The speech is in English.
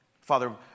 Father